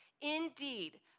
Indeed